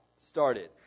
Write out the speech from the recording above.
started